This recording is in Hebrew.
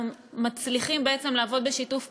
אנחנו מצליחים בעצם לעבוד בשיתוף פעולה.